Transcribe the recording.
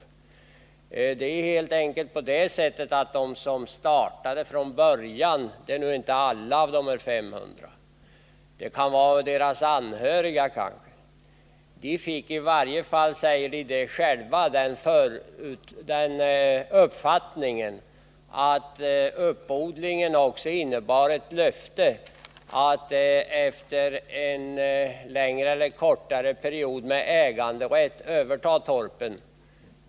Det är helt enkelt på det sättet att de som startade från början — det är nu inte alla de här 500, och det kan gälla anhöriga — fick, i varje fall enligt vad de själva säger, den uppfattningen att uppodlingen också innebar ett löfte att de efter en längre eller kortare period med äganderätt skulle få överta torpen.